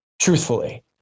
truthfully